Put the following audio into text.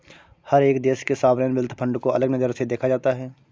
हर एक देश के सॉवरेन वेल्थ फंड को अलग नजर से देखा जाता है